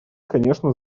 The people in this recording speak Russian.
кончено